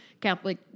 Catholic